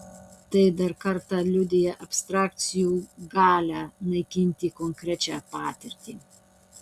tai dar kartą liudija abstrakcijų galią naikinti konkrečią patirtį